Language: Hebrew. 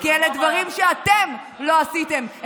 כי אלה דברים שאתם לא עשיתם,